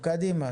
קדימה,